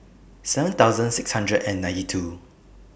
seven thousand six hundred and ninety two